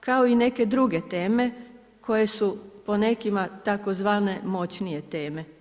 kao i neke druge teme koje su po nekima tzv. moćnije teme.